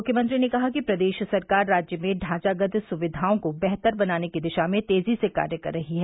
मुख्यमंत्री ने कहा कि प्रदेश सरकार राज्य में ढांचागत सुविधाओं को बेहतर बनाने की दिशा में तेजी से कार्य कर रही है